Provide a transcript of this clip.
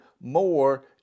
more